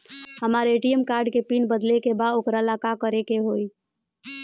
हमरा ATM card के pin बदले के बा वोकरा ला का करे के होई?